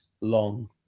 long